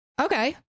okay